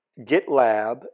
GitLab